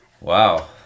Wow